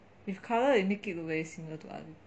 with colour it make it look very similar to other